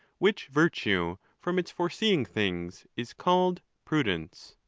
which virtue from its foreseeing things is called prudence